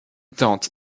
tente